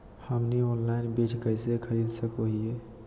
हमनी ऑनलाइन बीज कइसे खरीद सको हीयइ?